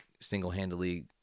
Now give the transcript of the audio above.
single-handedly